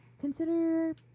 consider